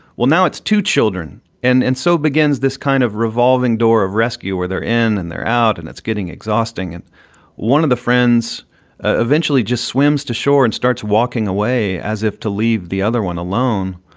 well, now it's two children. and and so begins this kind of revolving door of rescue or they're in and they're out. and it's getting exhausting. one of the friends eventually just swims to shore and starts walking away as if to leave the other one alone.